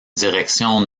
direction